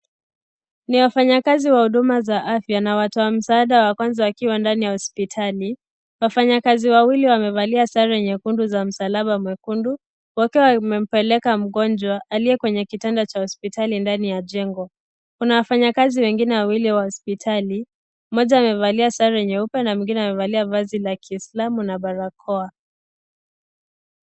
Ni wafanyakazi wa Huduma za afya na watu wa msaada, wa kwanza akiwa ndani ya hospitali . Wafanyikazi wawili wamevalia sare nyekundu za msalaba nyekundu , wakiwa wamepeleka mgonjwa aliye kwenye kitanda cha hospitali ndani ya jengo. Kuna wafanyakazi wengine wawili wa hospitali, mmoja amevalia sare nyeupe na mwingine amevalia vazi la Kiislamu na barakoa.